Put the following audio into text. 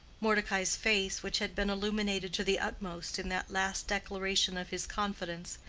mordecai's face, which had been illuminated to the utmost in that last declaration of his confidence,